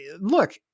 look